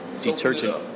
detergent